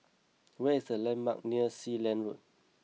where is the landmarks near Sealand Road